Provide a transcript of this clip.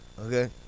okay